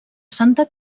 santa